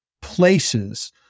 places